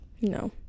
No